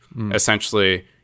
Essentially